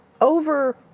over